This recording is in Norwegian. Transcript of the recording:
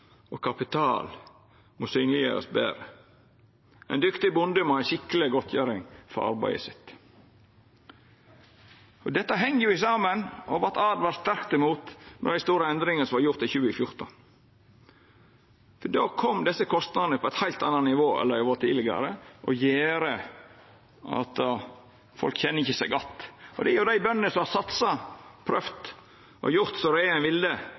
og kapital må synleggjerast betre. Ein dyktig bonde må ha ei skikkeleg godtgjering for arbeidet sitt. Dette heng jo saman med – og vart åtvara sterkt mot – dei store endringane som vart gjorde i 2014. Då kom desse kostnadene på eit heilt anna nivå enn dei har vore tidlegare, og gjer at folk ikkje kjenner seg att. Det er jo dei bøndene som har satsa, prøvd og gjort